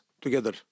together